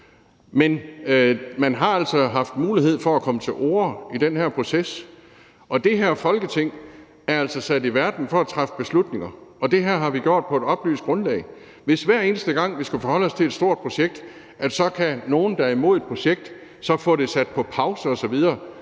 Men man har altså haft mulighed for at komme til orde i den her proces. Det her Folketing er altså sat i verden for at træffe beslutninger, og det her har vi gjort på et oplyst grundlag. Hvis det var sådan, at nogen, der var imod et projekt, kunne få det sat på pause osv.,